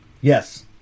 Yes